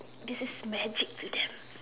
this is magic to them